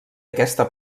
aquesta